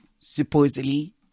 supposedly